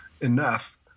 enough